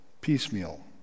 piecemeal